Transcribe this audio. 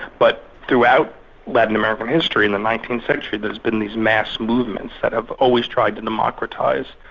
but throughout latin american history in the nineteenth century there's been these mass movements that have always tried to democratise,